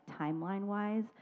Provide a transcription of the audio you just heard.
timeline-wise